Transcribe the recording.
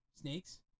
Snakes